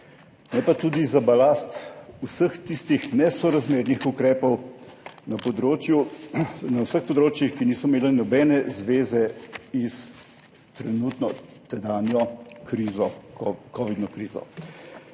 ne pa tudi za balast vseh tistih nesorazmernih ukrepov na vseh področjih, ki niso imeli nobene zveze s tedanjo kovidno krizo.